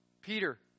Peter